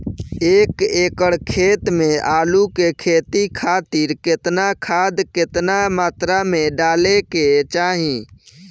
एक एकड़ खेत मे आलू के खेती खातिर केतना खाद केतना मात्रा मे डाले के चाही?